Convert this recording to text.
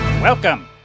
Welcome